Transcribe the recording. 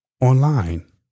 online